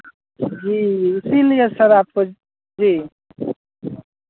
जी इसीलिए सर आपको जी